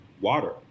water